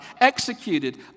executed